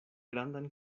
grandan